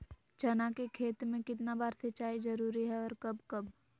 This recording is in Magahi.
चना के खेत में कितना बार सिंचाई जरुरी है और कब कब?